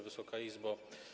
Wysoka Izbo!